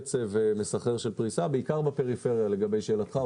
בקצב מסחרר של פריסה, בעיקר בפריפריה, לגבי שאלתך.